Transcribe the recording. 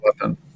weapon